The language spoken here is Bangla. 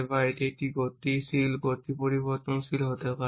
বা এটি একটি পরিবর্তনশীল হতে পারে